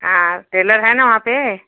हाँ टेलर है ना वहाँ पर